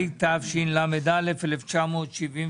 התשל"א-1971.